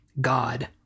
God